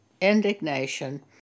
indignation